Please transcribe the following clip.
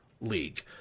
league